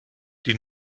die